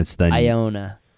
Iona